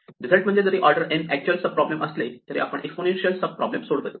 result म्हणजे जरी order n actual sub problem असले तरी आपण एक्सपोनेन्शियल सब प्रॉब्लेम सोडवतो